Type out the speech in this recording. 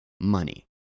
money